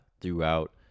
throughout